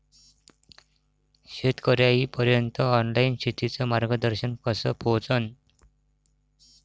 शेतकर्याइपर्यंत ऑनलाईन शेतीचं मार्गदर्शन कस पोहोचन?